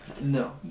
No